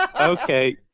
Okay